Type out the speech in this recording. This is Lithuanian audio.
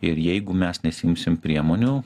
ir jeigu mes nesiimsim priemonių